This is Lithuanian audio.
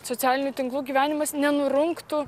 socialinių tinklų gyvenimas nenurungtų